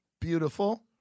Beautiful